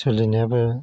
सोलिनायाबो